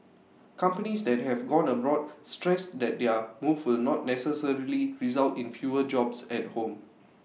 companies that have gone abroad stressed that their move will not necessarily result in fewer jobs at home